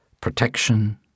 protection